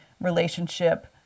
relationship